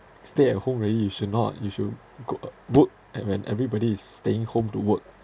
stay at home already you should not you should go uh work and when everybody is staying home to work